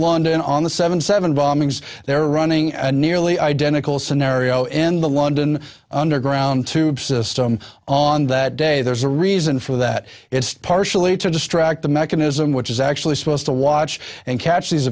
london on the seven seven bombings there running a nearly identical scenario in the london underground tube system on that day there's a reason for that it's partially to distract the mechanism which is actually supposed to watch and catch these